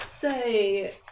say